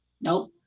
Nope